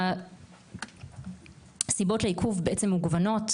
הסיבות לעיכוב מגוונות,